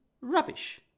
Rubbish